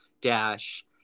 dash